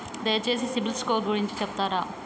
దయచేసి CIBIL score గురించి చెప్తరా?